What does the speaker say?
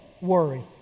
worry